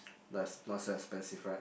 that's not so expensive right